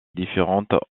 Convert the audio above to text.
différentes